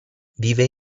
vive